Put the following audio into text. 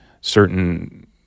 certain